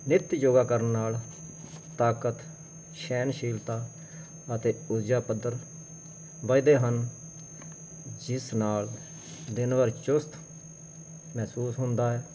ਨਿੱਤ ਯੋਗਾ ਕਰਨ ਨਾਲ ਤਾਕਤ ਸਹਿਨਸ਼ੀਲਤਾ ਅਤੇ ਊਰਜਾ ਪੱਧਰ ਵੱਧਦੇ ਹਨ ਜਿਸ ਨਾਲ ਦਿਨ ਭਰ ਚੁਸਤ ਮਹਿਸੂਸ ਹੁੰਦਾ ਹੈ